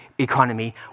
economy